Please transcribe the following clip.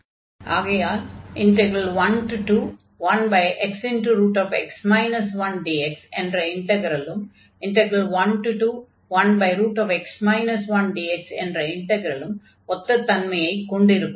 ஆகையால் 121xx 1dx என்ற இன்டக்ரலும் 121x 1dx என்ற இன்டக்ரலும் ஒத்த தன்மையைக் கொண்டிருக்கும்